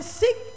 seek